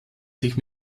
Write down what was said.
sich